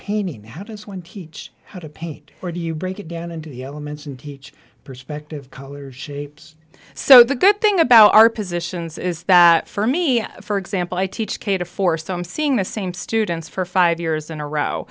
painting how does one teach how to paint or do you break it down into the elements and teach perspective colors shapes so the good thing about our positions is that for me for example i teach cater for so i'm seeing the same students for five years in a row